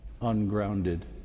ungrounded